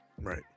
Right